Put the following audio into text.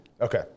Okay